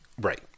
Right